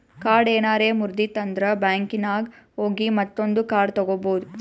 card ಏನಾರೆ ಮುರ್ದಿತ್ತಂದ್ರ ಬ್ಯಾಂಕಿನಾಗ್ ಹೋಗಿ ಮತ್ತೊಂದು ಕಾರ್ಡ್ ತಗೋಬೋದ್